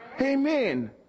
Amen